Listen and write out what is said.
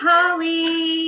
Holly